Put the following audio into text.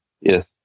Yes